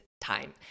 time